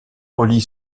relie